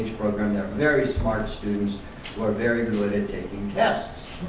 program. they are very smart students who are very good at taking tests.